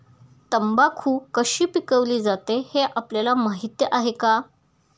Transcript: तंबाखू कशी पिकवली जाते हे आपल्याला माहीत आहे का?